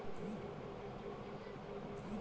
खाता खोले में कितना पईसा लगेला?